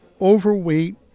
overweight